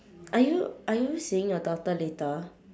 are you are you seeing your daughter later